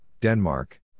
Denmark